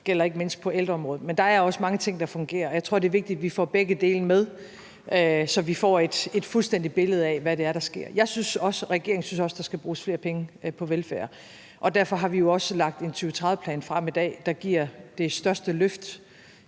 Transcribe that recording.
Det gælder ikke mindst på ældreområdet. Men der er også mange ting der fungerer, og jeg tror, det er vigtigt, at vi får begge dele med, så vi får et fuldstændigt billede af, hvad det er, der sker. Jeg synes også og regeringen synes også, der skal bruges flere penge på velfærd, og derfor har vi jo også lagt en 2030-plan frem i dag, der giver det største løft